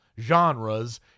genres